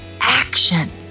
action